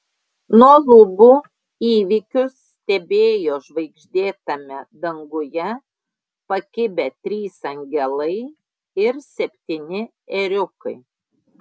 nuo lubų įvykius stebėjo žvaigždėtame danguje pakibę trys angelai ir septyni ėriukai